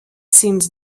seems